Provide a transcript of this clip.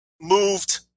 Moved